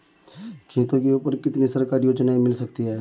खेतों के ऊपर कितनी सरकारी योजनाएं मिल सकती हैं?